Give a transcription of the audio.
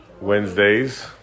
Wednesdays